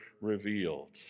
revealed